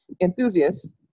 enthusiasts